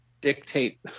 dictate